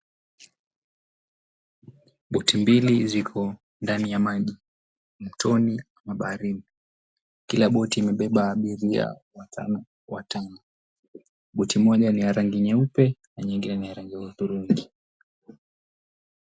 Boti mbili ziko ndani ya maji, mtoni mwa baharini. Kila boti limebeba abiria watano watano. Boti moja ni rangi nyeupe na nyingine ni ya rangi ya udhurungi.